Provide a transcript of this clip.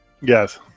Yes